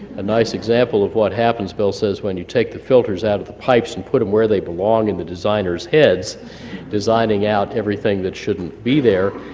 a nice example of what happens bill says, when you take the filters out of the pipes, and put them where they belong in the designers' heads designing out everything that shouldn't be there,